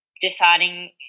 deciding